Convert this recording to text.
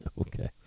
Okay